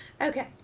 Okay